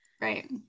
Right